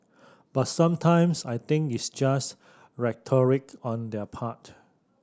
but sometimes I think it's just rhetoric on their part